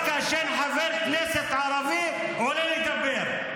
רק כאשר חבר כנסת ערבי עולה לדבר.